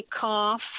cough